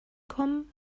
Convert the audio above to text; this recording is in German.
kommen